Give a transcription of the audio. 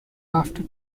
after